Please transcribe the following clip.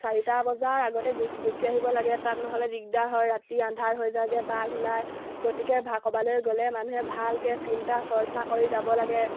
চাৰিটা বজাৰ আগতে গুচি আহিব লাগে তাত নহ'লে দিগদাৰ হয় ৰাতি আন্ধাৰ হৈ যায় যে বাঘ ওলায় গতিকে ক'ৰবালৈ গ'লে মানুহে ভালকৈ চিন্তা চৰ্চা কৰি যাব লাগে